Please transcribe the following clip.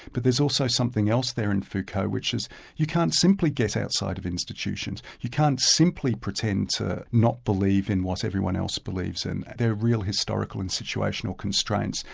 but there's also something else there in foucault, which is you can't simply get outside of institutions, you can't simply pretend to not believe in what everyone else believes in, there are real historical and situational constraints,